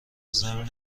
ضمن